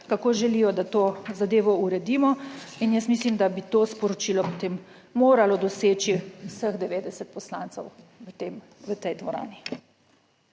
kako želijo, da to zadevo uredimo. In jaz mislim, da bi to sporočilo potem moralo doseči vseh 90 poslancev v tem, v tej dvorani.